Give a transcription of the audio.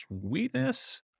Sweetness